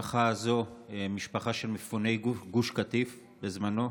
המשפחה הזו היא ממפוני גוש קטיף בזמנו,